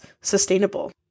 sustainable